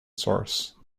source